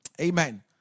amen